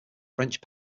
french